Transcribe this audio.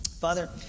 Father